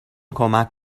کمک